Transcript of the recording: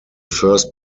first